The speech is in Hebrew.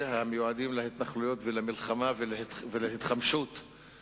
אז אולי